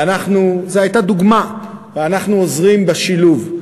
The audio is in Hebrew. אנחנו, זו הייתה דוגמה, אנחנו עוזרים בשילוב.